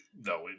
No